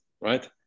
right